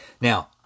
Now